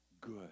good